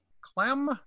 Clem